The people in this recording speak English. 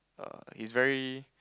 err he is very